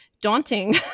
Daunting